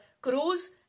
cruise